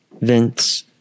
Vince